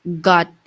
got